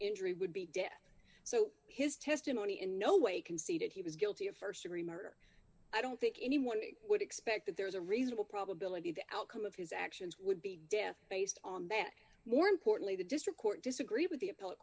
injury would be death so his testimony in no way conceded he was guilty of st degree murder i don't think anyone would expect that there's a reasonable probability the outcome of his actions would be death based on that more importantly the district court disagree with the appe